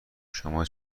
شما